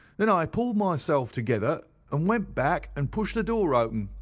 then i pulled myself together and went back and pushed the door open.